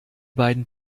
beiden